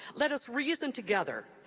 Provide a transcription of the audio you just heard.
let us reason together,